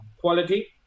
quality